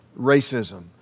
racism